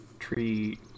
Tree